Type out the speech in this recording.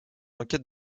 enquête